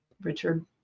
Richard